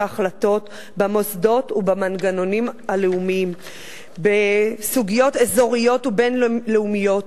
ההחלטות במוסדות ובמנגנונים הלאומיים בסוגיות אזוריות ובין-לאומיות,